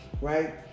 right